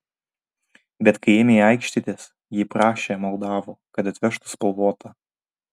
bet kai ėmei aikštytis ji prašė maldavo kad atvežtų spalvotą